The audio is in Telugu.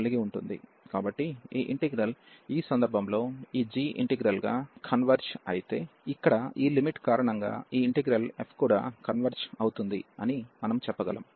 కాబట్టి ఈ ఇంటిగ్రల్ ఈ సందర్భంలో ఈ g ఇంటిగ్రల్ గా కన్వెర్జ్ అయితే ఇక్కడ ఈ లిమిట్ కారణంగా ఈ ఇంటిగ్రల్ f కూడా కన్వెర్జ్ అవుతుంది అని మనము చెప్పగలం